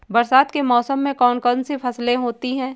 बरसात के मौसम में कौन कौन सी फसलें होती हैं?